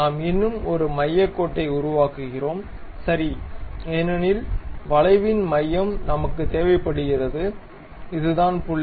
நாம் இன்னும் ஒரு மையக் கோட்டை உருவாக்குகிறோம் சரி ஏனெனில் வளைவின் மையம் நமக்குத் தேவைப்படுகிறது இதுதான் புள்ளி